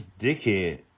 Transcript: dickhead